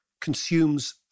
consumes